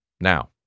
Now